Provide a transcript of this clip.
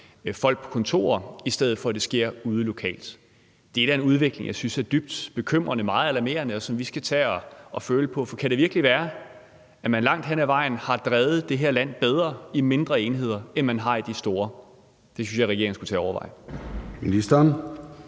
folk på kontorer, i stedet for at det sker ude lokalt. Det er da en udvikling, jeg synes er dybt bekymrende og meget alarmerende, og som vi skal tage og føle på, for kan det virkelig være, at man langt hen ad vejen har drevet det her land bedre i mindre enheder, end man har i de store? Det synes jeg regeringen skulle tage at overveje.